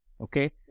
Okay